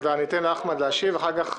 אתן לחבר הכנסת טיבי להשיב ואחר כך,